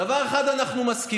על דבר אחד אנחנו מסכימים,